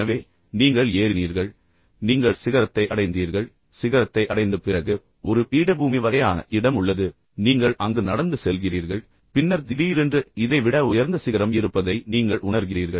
எனவே நீங்கள் ஏறினீர்கள் நீங்கள் சிகரத்தை அடைந்தீர்கள் சிகரத்தை அடைந்த பிறகு ஒரு பீடபூமி வகையான இடம் உள்ளது நீங்கள் அங்கு நடந்து செல்கிறீர்கள் பின்னர் திடீரென்று இதை விட உயர்ந்த சிகரம் இருப்பதை நீங்கள் உணர்கிறீர்கள்